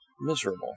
miserable